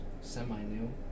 semi-new